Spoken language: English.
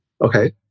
Okay